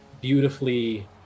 beautifully